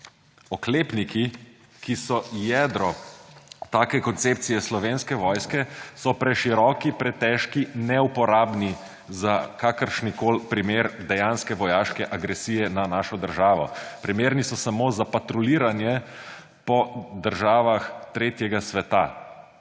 Oklepniki, ki so jedro take koncepcije Slovenske vojske, so preširoki, pretežki, neuporabni za kakršnikoli primer dejanske vojaške agresije na našo državo. Primerni so samo za patruljiranje po državah tretjega sveta,